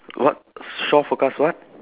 what shore forecast what